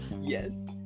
Yes